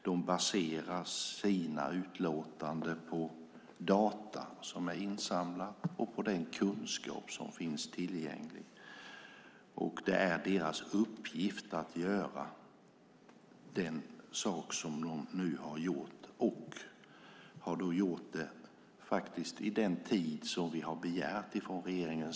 De baserar sina utlåtanden på data som är insamlade och på den kunskap som finns tillgänglig. Det är deras uppgift att göra det som de nu har gjort, och de har gjort det inom den tid som vi har begärt från regeringen.